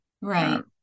Right